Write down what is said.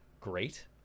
great